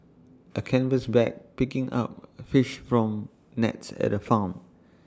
A canvas bag picking up fish from nets at A farm